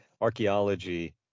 archaeology